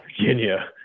virginia